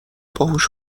باهوش